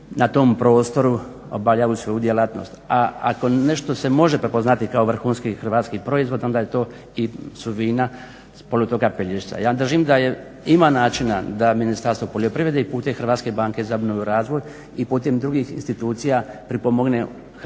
na tom prostoru obavljaju svoju djelatnost. A ako nešto se može prepoznati kao vrhunski Hrvatski proizvod onda je to i su vina s poluotoka Pelješca. Ja držim da ima načina da Ministarstvo poljoprivrede i putem Hrvatske banke za obnovu i razvoj i putem drugih institucija pripomogne pelješkim